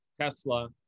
tesla